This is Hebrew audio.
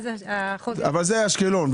זה אשקלון.